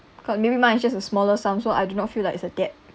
because maybe mine is just a smaller sum so I do not feel like it's a debt